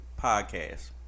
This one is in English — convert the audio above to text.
podcast